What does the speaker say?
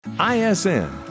ISN